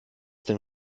dem